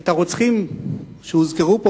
את הרוצחים שהוזכרו פה,